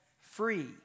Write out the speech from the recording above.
free